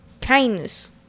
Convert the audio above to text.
kindness